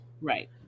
Right